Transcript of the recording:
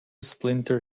splinter